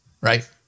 right